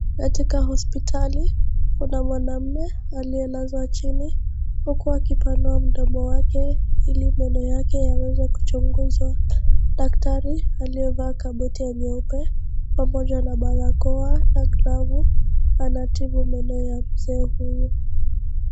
Katika hospitali Kuna mwanaume aliye lazwa chini huku akipanua mdomo wake ili meno yake yaweza kuchunguzwa. Daktari aliye vaa kabuti ya nyeupe pamoja na barakoa na glavu anamtibu meno ya Mzee huyu.